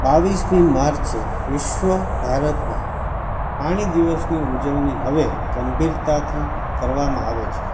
બાવીસમી માર્ચે વિશ્વ ભારતમાં પાણી દિવસની ઉજવણી હવે ગંભીરતાથી કરવામાં આવે છે